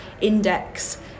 index